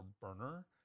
burner